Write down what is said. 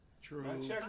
true